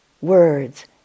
words